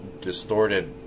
distorted